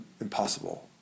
impossible